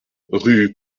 rue